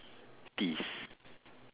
teeth